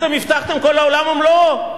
אתם הבטחתם כל העולם ומלואו,